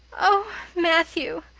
oh, matthew!